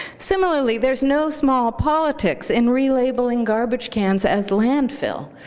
similarly, there's no small politics in relabeling garbage cans as landfill,